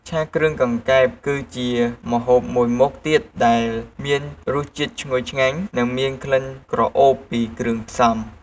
ឆាគ្រឿងកង្កែប គឺជាមុខម្ហូបមួយទៀតដែលមានរសជាតិឈ្ងុយឆ្ងាញ់ និងមានក្លិនក្រអូបពីគ្រឿងផ្សំ។